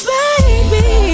baby